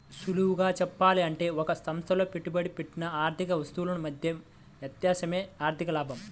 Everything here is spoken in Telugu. సులువుగా చెప్పాలంటే ఒక సంస్థలో పెట్టుబడి పెట్టిన ఆర్థిక ఆస్తుల మధ్య వ్యత్యాసమే ఆర్ధిక లాభం